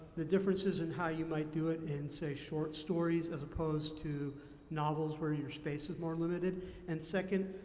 the differences in how you might do it in say short stories as opposed to novels where your space is more limited and second,